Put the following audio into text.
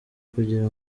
kugira